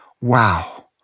Wow